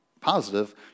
positive